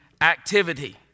activity